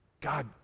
god